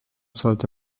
sollte